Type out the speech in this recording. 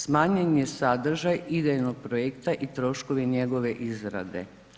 Smanjen je sadržaj idejnog projekta i troškovi njegove izrade.